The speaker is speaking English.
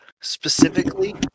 specifically